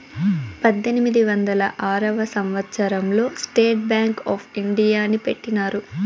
పద్దెనిమిది వందల ఆరవ సంవచ్చరం లో స్టేట్ బ్యాంక్ ఆప్ ఇండియాని పెట్టినారు